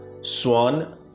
swan